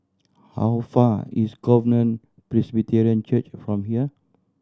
how far is Covenant Presbyterian Church from here